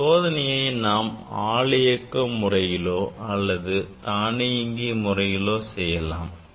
இந்த சோதனையை நாம் ஆள் இயக்க முறையிலோ அல்லது தானியங்கி முறையிலோ செய்யலாம்